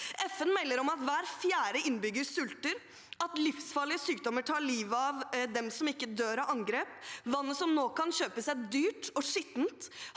FN melder om at hver fjerde innbygger sulter, og at livsfarlige sykdommer tar livet av dem som ikke dør av angrep. Vannet som nå kan kjøpes, er dyrt og skittent.